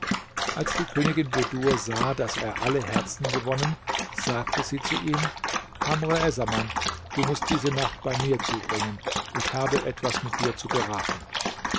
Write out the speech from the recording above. als die königin bedur sah daß er alle herzen gewonnen sagte sie zu ihm kamr essaman du mußt diese nacht bei mir zubringen ich habe etwas mit dir zu beraten